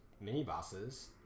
mini-bosses